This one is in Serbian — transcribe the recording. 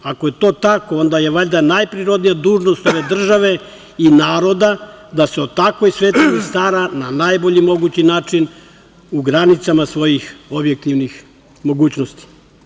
Ako je to tako, onda je valjda najprirodnija dužnost ove države i naroda da se o takvoj svetinji stara na najbolji mogući način, u granicama svojih objektivnih mogućnosti.